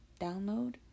download